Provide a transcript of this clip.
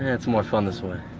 it's more fun this way.